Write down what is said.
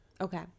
Okay